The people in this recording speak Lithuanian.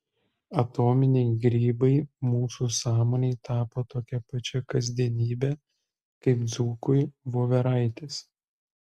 atominiai grybai mūsų sąmonei tapo tokia pačia kasdienybe kaip dzūkui voveraitės